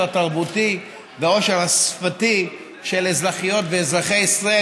התרבותי והעושר השפתי של אזרחיות ואזרחי ישראל,